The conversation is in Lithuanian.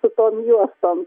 su tom juostom